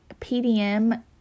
PDM